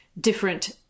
different